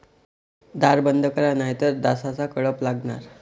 दार बंद करा नाहीतर डासांचा कळप लागणार